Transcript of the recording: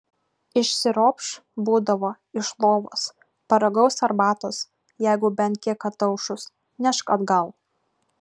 išsiropš būdavo iš lovos paragaus arbatos jeigu bent kiek ataušus nešk atgal